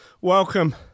welcome